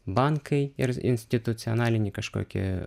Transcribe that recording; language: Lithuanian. bankai ir institucionaliniai kažkokie